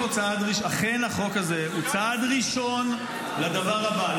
אכן, החוק הזה הוא צעד ראשון לדבר הבא.